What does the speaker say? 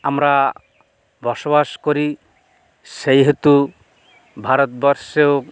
আমরা বসবাস করি সেই হেতু ভারতবর্ষেও